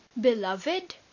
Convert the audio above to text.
Beloved